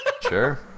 Sure